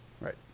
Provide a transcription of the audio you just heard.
Right